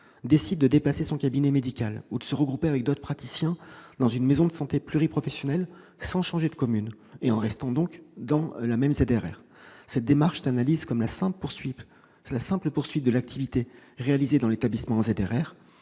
décide de déplacer son cabinet médical ou de se regrouper avec d'autres praticiens dans une maison de santé pluriprofessionnelle sans changer de commune, en restant donc dans la même ZRR, cette démarche s'analyse comme la simple poursuite de l'activité réalisée dans l'établissement en ZRR.